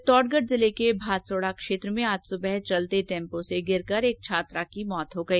चित्तौडगढ जिले के भादसोडा क्षेत्र में आज सुबह चलते टैम्पो से गिरकर एक छात्रा की मौत हो गई